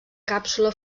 càpsula